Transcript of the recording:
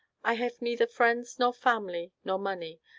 i have neither friends nor family nor money,